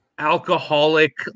Alcoholic